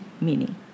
meaning